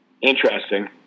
Interesting